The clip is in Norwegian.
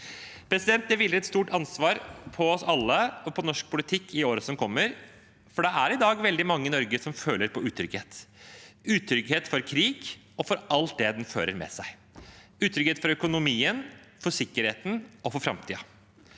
politikk. Det hviler et stort ansvar på oss alle og på norsk politikk i året som kommer, for det er i dag veldig mange i Norge som føler på utrygghet – utrygghet for krig og for alt det den fører med seg, utrygghet for økonomien, for sikkerheten og for framtiden.